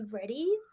ready